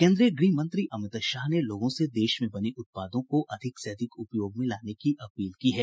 केन्द्रीय गृह मंत्री अमित शाह ने लोगों से देश में बने उत्पादों को अधिक से अधिक उपयोग में लाने की अपील की है